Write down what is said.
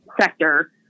sector